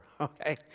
Okay